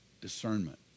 discernment